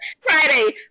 Friday